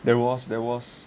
there was there was